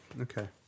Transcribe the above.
Okay